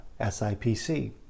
SIPC